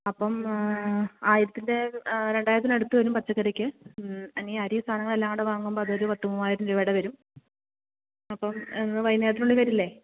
അപ്പം ആയിരത്തിൻ്റെ രണ്ടായിരത്തിന് അടുത്തു വരും പച്ചക്കറിക്ക് ഇനി അരിയും സാധനങ്ങളും എല്ലാം കൂടെ വാങ്ങുമ്പോൾ അതൊരു പത്തു മൂവായിരം രൂപയുടെ വരും അപ്പം ഇന്ന് വൈകുന്നേരത്തിനുള്ളിൽ വരില്ലേ